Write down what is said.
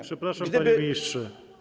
Przepraszam, panie ministrze.